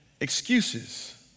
excuses